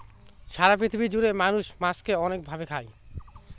সারা পৃথিবী জুড়ে মানুষ মাছকে অনেক ভাবে খায়